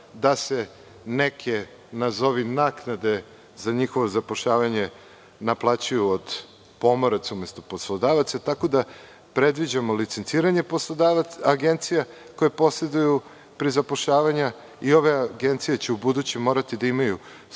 da se neke nazovi naknade za njihovo zapošljavanje naplaćuju od pomoraca umesto poslodavaca, tako da predviđamo licenciranje agencija koje posreduju pri zapošljavanju i one će ubuduće morati da imaju